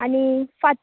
आनी फात